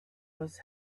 was